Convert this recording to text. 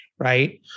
right